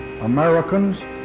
Americans